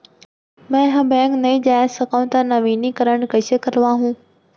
मैं ह बैंक नई जाथे सकंव त नवीनीकरण कइसे करवाहू?